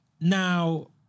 now